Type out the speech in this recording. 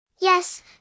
Yes